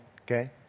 okay